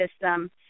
system